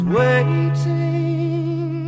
waiting